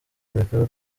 kureka